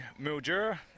Mildura